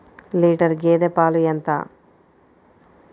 Litre గేదె పాలు ఎంత?